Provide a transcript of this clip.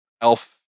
elf